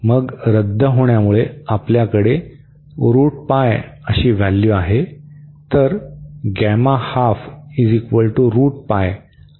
मग रद्द होण्यामुळे आपल्याकडे व्हॅल्यू आहे